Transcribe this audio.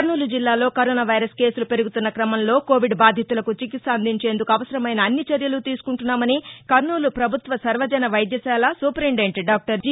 కర్నూలు జిల్లాలో corona virus కేసులు పెరుగుతున్న క్రమంలో కోవిడ్ బాధితులకు చికిత్స అందించేందుకు అవసరమైన అన్ని చర్యలు తీసుకుంటున్నామని కర్నూలు ప్రభుత్వ సర్వజన వైద్యశాల సూపరింటెందెంట్ డాక్టర్ జి